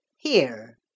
Here